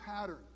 pattern